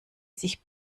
sich